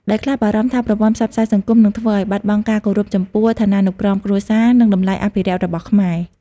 ដោយខ្លះបារម្ភថាប្រព័ន្ធផ្សព្វផ្សាយសង្គមនឹងធ្វើឱ្យបាត់បង់ការគោរពចំពោះឋានានុក្រមគ្រួសារ និងតម្លៃអភិរក្សរបស់ខ្មែរ។